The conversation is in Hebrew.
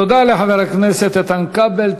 תודה לחבר הכנסת איתן כבל.